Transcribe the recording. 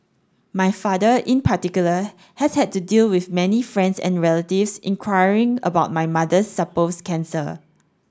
my father in particular has had to deal with many friends and relatives inquiring about my mother's supposed cancer